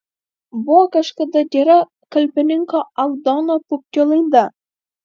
buvo kažkada gera kalbininko aldono pupkio laida